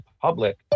public